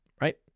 right